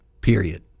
Period